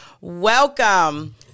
welcome